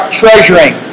treasuring